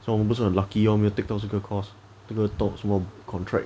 so 我们不是很 lucky lor 没有 take 到这个 course 这个 talk 什么 contract